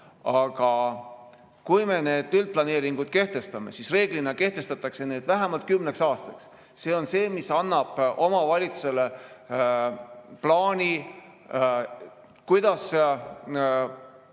Aga kui me neid üldplaneeringuid kehtestame, siis reeglina kehtestatakse need vähemalt kümneks aastaks. See on see, mis annab omavalitsusele plaani, kuidas